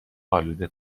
آلوده